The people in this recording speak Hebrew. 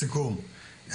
סיכום,